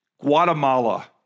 Guatemala